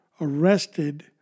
arrested